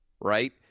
right